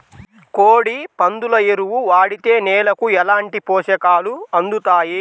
కోడి, పందుల ఎరువు వాడితే నేలకు ఎలాంటి పోషకాలు అందుతాయి